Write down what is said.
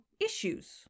Issues